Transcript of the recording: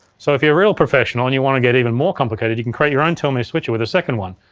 so if you're a real professional and you want to get even more complicated you can create your own two m e switcher with a second one,